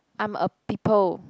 I'm a people